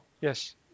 Yes